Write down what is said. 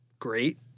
great